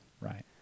Right